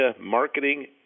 marketing